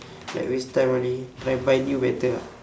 like waste time only I buy new better ah